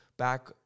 back